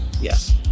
yes